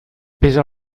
pesa